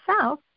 south